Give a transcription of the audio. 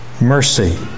mercy